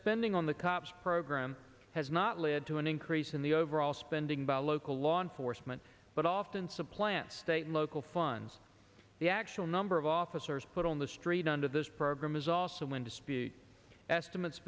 spending on the cops program has not led to an increase in the overall spending by local law enforcement but often supplant state local funds the actual number of officers put on the street under this program is also in dispute estimates